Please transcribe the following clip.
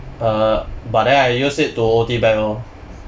err but then I use it O_T back lor